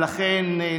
אכן,